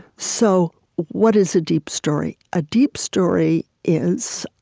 so what is a deep story? a deep story is